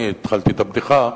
אני התחלתי את הבדיחה,